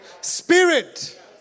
spirit